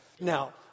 Now